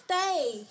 stay